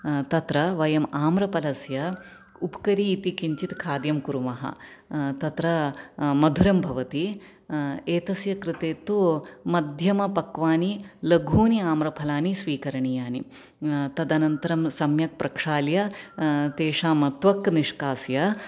तत्र वयम् आम्रफलस्य उप्करी इति किञ्चित् खाद्यं कुर्मः तत्र मधुरं भवति एतस्य कृते तु मध्यमपक्वानि लघूनि आम्रफलानि स्वीकरणीयानि तदनन्तरं सम्यक् प्रक्षाल्य तेषां त्वक् निष्कास्य